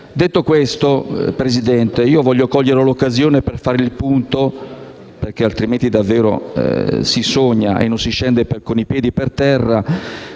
Detto questo, signor Presidente, vorrei cogliere l'occasione per fare il punto, perché altrimenti davvero si sogna e non si scende con i piedi per terra,